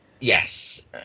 Yes